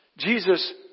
Jesus